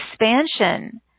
expansion